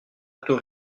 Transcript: taux